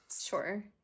sure